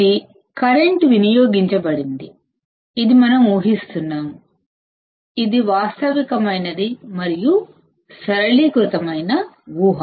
ఇది కరెంట్ వినియోగించ బడింది ఇది మనం ఉహిస్తున్నాము ఇది వాస్తవికమైనది మరియు సరళీకృతమైన ఊహ